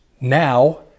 now